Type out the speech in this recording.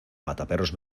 mataperros